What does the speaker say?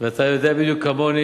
ואתה יודע בדיוק כמוני,